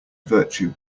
virtue